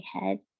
head